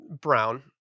brown